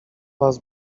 was